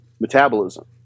Metabolism